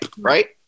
right